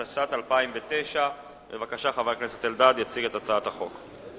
התשס"ט 2009. חבר הכנסת אלדד יציג את הצעת החוק.